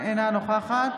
אינה נוכחת